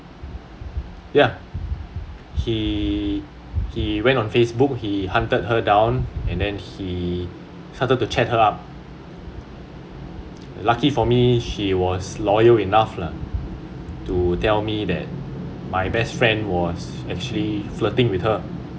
yeah he he went on facebook he hunted her down and then he started to chat her up lucky for me she was loyal enough lah to tell me that my best friend was actually flirting with her